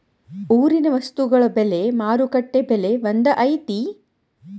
ಊರಿನ ವಸ್ತುಗಳ ಬೆಲೆ ಮಾರುಕಟ್ಟೆ ಬೆಲೆ ಒಂದ್ ಐತಿ?